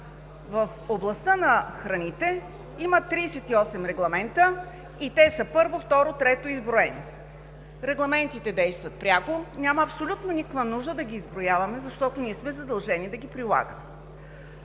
в областта на храните има 38 регламента и те са: първо, второ, трето – изброени. Регламентите действат пряко. Няма абсолютно никаква нужда да ги изброяваме, защото ние сме задължени да ги прилагаме.